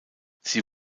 sie